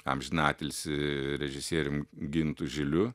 amžinatilsį režisierium gintu žiliu